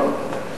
לא,